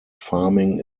farming